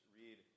read